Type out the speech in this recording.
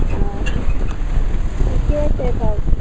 ओ ठीके छै तब